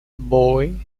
bowie